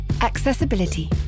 Accessibility